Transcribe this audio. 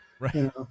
Right